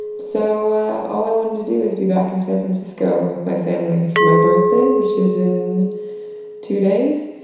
so all i wanted to do is be back in san francisco with my family for my birthday, which is in two days.